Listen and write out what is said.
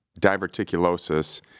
diverticulosis